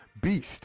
beast